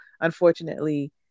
unfortunately